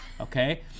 Okay